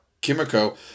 Kimiko